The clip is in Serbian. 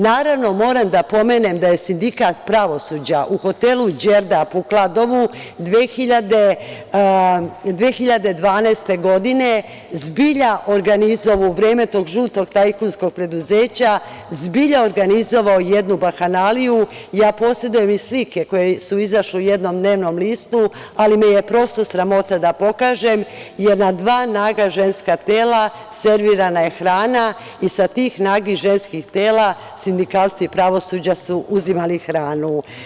Naravno, moram da pomenem da je sindikat pravosuđa u hotelu „Đerdap“, u Kladovu 2012. godine, zbilja organizovao u vreme tog žutog tajkunskog preduzeća, zbilja organizovao jednu bahanaliju, ja posedujem i slike koje su izašle u jednom dnevnom listu, ali me je prosto sramota da pokažem, na dva naga ženska tela servirana je hrana i sa tih nagih ženskih tela sindikalci pravosuđa su uzimali hranu.